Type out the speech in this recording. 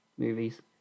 movies